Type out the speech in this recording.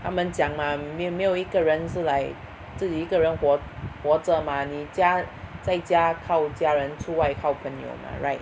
他们讲 mah 没有没有一个人是 like 自己一个人活活着 mah 你家在家靠家人出外靠朋友 mah right